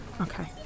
Okay